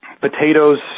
potatoes